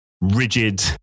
rigid